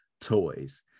toys